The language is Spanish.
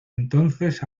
entonces